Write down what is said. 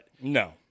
No